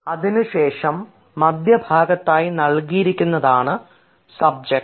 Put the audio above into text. അതിനുശേഷം മധ്യഭാഗത്തായി നൽകിയിരിക്കുന്ന അതാണ് സബ്ജക്ട്